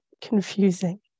confusing